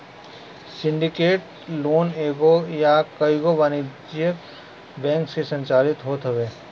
syndicated loan एगो या कईगो वाणिज्यिक बैंक से संचालित होत हवे